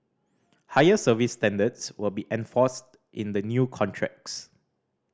higher service standards will be enforced in the new contracts